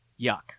Yuck